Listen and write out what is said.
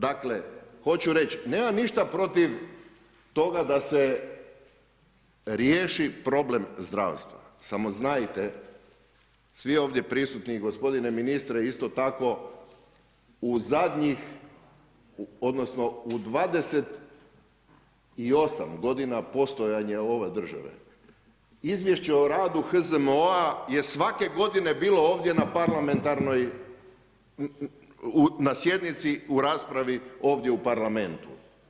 Dakle, hoću reći, nemam ništa protiv toga da se riješi problem zdravstva, samo znajte svi ovdje prisutni i gospodine ministre isto tako, u zadnjih u 28 godina postojanja ove države, izvješće o radu HZMO-a je svake godine bilo ovdje na parlamentarnoj, na sjednici u raspravi ovdje u parlamentu.